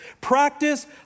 Practice